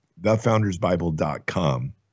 Thefoundersbible.com